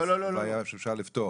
זו בעיה שאפשר לפתור.